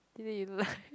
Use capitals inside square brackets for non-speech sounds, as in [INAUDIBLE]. is it you like [LAUGHS]